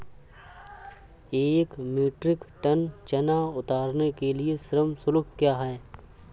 एक metric tonne चना उतारने के लिए श्रम शुल्क क्या है?